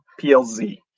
PLZ